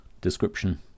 description